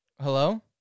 Hello